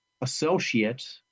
associate